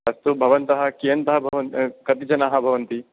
अस्तु भवन्तः कियन्तः भवन् कति जनाः भवन्ति